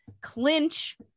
clinch